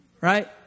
Right